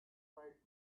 might